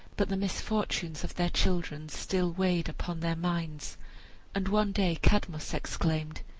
but the misfortunes of their children still weighed upon their minds and one day cadmus exclaimed,